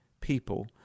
people